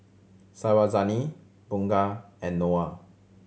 Syazwani Bunga and Noah